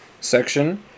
Section